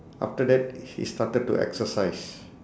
after that he started to exercise